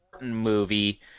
movie